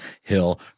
Hill